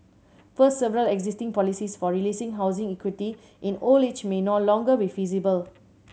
first several existing policies for releasing housing equity in old age may no longer be feasible